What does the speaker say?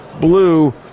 blue